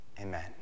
Amen